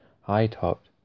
high-topped